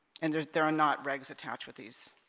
and there's there are not regs attached with these